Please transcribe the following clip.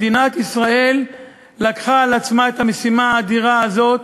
מדינת ישראל לקחה על עצמה את המשימה האדירה הזאת,